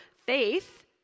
Faith